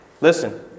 listen